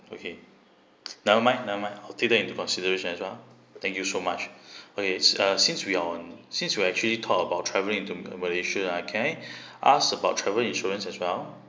okay never mind never mind I'll take that into consideration as well thank you so much okay uh since we on since we actually talk about travelling to malaysia ah can I ask about travel insurance as well